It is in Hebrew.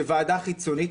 שוועדה חיצונית,